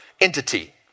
entity